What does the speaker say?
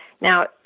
Now